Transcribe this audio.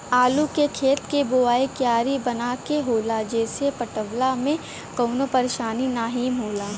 आलू के खेत के बोवाइ क्यारी बनाई के होला जेसे पटवला में कवनो परेशानी नाहीम होला